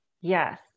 Yes